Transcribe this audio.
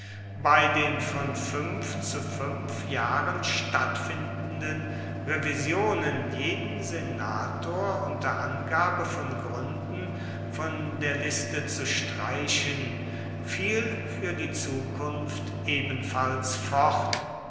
bei den von fünf zu fünf jahren stattfindenden revisionen jeden senator unter angabe von gründen von der liste zu streichen fiel für die zukunft ebenfalls fort